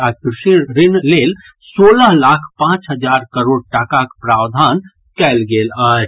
आ कृषि ऋण लेल सोलह लाख पांच हजार करोड़ टाकाक प्रवधान कयल गेल अछि